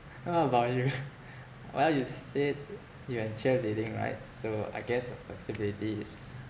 what about you well you said you are cheerleading right so I guess your flexibility is